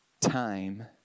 time